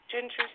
Ginger